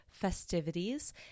festivities